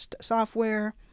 software